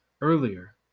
earlier